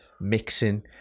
mixing